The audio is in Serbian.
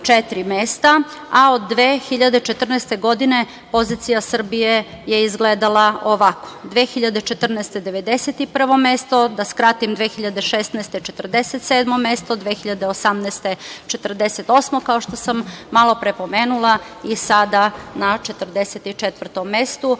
a od 2014. godine, pozicija Srbije je izgledala ovako – 2014. godine 91. mesto, da skratim 2016. godine 47. mesto, 2018. godine 48. mesto, kao što sam malopre pomenula, i sada na 44. mestu